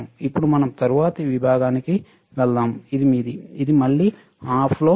ఇప్పుడు మనం తరువాతి విభాగానికి వెళ్దాం ఇది మీది ఇది మళ్ళీ ఆఫ్లో ఉంది